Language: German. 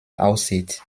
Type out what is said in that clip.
aussieht